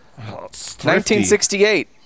1968